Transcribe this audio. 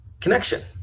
Connection